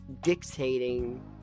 dictating